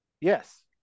Yes